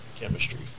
chemistry